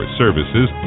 services